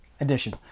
Edition